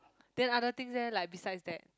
then other things leh like besides that